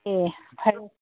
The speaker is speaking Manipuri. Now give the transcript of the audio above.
ꯑꯦ ꯍꯥꯏꯔꯛꯑꯣ